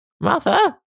mother